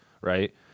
Right